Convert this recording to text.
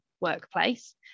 workplace